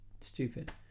stupid